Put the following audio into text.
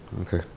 okay